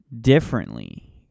differently